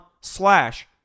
slash